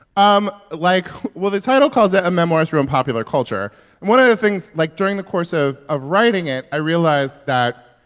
um like, well, the title calls it a memoir through popular culture. and one of the things like, during the course of of writing it, i realized that,